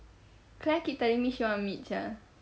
claire keep telling me she want meet sia